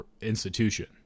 institution